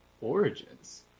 origins